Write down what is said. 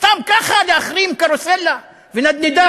סתם ככה להחרים קרוסלה ונדנדה?